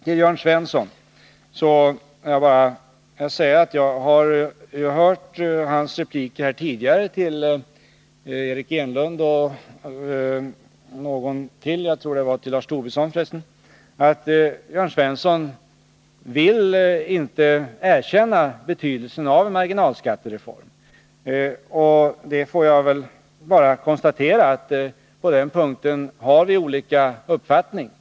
Till Jörn Svensson vill jag bara säga att jag har hört hans repliker här tidigare till Eric Enlund och Lars Tobisson, där Jörn Svensson framhållit att han inte erkänner betydelsen av marginalskattereformen. Jag får väl konstatera att vi på den punkten har olika uppfattning.